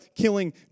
killing